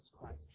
Christ